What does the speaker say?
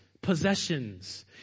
possessions